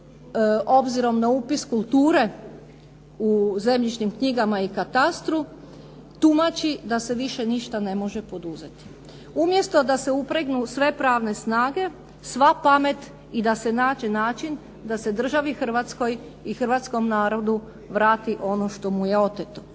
obzirom na upis kulture u zemljišnim knjigama i katastru, tumači da se više ništa ne može poduzeti, umjesto da se upregnu sve pravne snage, sva pamet i da se nađe način da se državi Hrvatskoj i hrvatskom narodu vrati ono što mu je oteto.